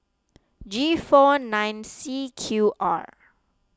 G four nine C Q R